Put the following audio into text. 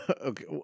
okay